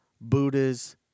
Buddha's